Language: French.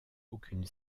aucune